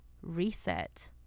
reset